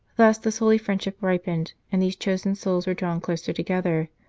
thus this holy friendship ripened and these chosen souls were drawn closer together,